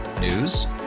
News